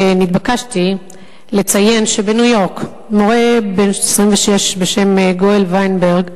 נתבקשתי לציין שבניו-יורק מורה בן 26 בשם גואל ויינברג,